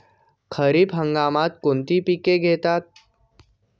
खरीप हंगामात कोणती पिके घेतात?